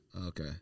Okay